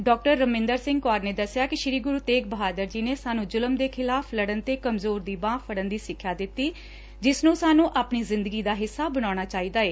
ਡਾ ਰਮਿੰਦਰ ਕੌਰ ਨੇ ਦਸਿਆ ਕਿ ਸ੍ਰੀ ਗੁਰੂ ਤੇਗ ਬਹਾਦਰ ਜੀ ਦੇ ਸਾਨੂੰ ਜੁਲਮ ਦੇ ਖਿਲਾਫ਼ ਲੜਨ ਤੇ ਕਮਜ਼ੋਰ ਦੀ ਬਾਂਹ ਫੜਨ ਦੀ ਸਿੱਖਿਆ ਦਿੱਤੀ ਜਿਸ ਨੂੰ ਸਾਨੂੰ ਆਪਣੀ ਜ਼ਿੰਦਗੀ ਦਾ ਹਿੱਸਾ ਬਣਾਉਣਾ ਚਾਹੀਦ ਏ